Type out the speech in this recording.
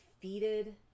defeated